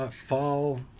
fall